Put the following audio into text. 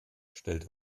stellt